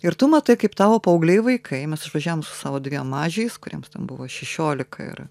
ir tu matai kaip tavo paaugliai vaikai mes išvažiavom su savo dviem mažiais kuriems buvo šešiolika ir